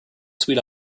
sweet